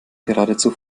geradezu